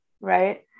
Right